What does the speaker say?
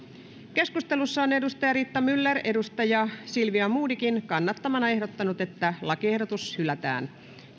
keskustelussa on riitta myller silvia modigin kannattamana ehdottanut että lakiehdotus hylätään